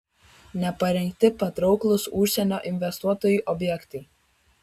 neparengti patrauklūs užsienio investuotojui objektai